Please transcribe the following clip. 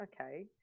Okay